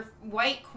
White